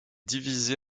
divisé